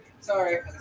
Sorry